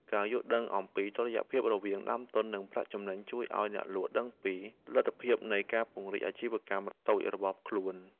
ការយល់ដឹងអំពីតុល្យភាពរវាងដើមទុននិងប្រាក់ចំណេញជួយឱ្យអ្នកលក់ដឹងពីលទ្ធភាពនៃការពង្រីកអាជីវកម្មតូចរបស់ខ្លួន។